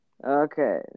Okay